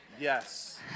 Yes